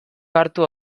hartu